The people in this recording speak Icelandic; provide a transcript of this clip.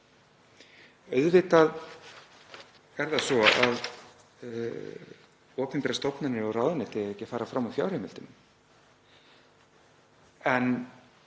Auðvitað er það svo að opinberar stofnanir og ráðuneyti eiga ekki að fara fram úr fjárheimildum, en